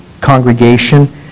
congregation